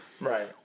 right